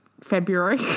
February